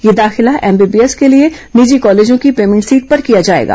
यह दाखिला एमबीबीएस के लिए निजी कॉलेजों की पेमेंट सीट पर किया जाएगा